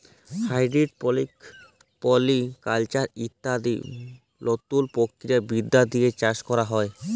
hydroponics, polyculture ইত্যাদি লতুন প্রযুক্তি বিদ্যা দিয়ে চাষ ক্যরা হ্যয়